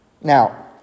Now